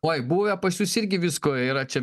oi buvę pas jus irgi visko yra čia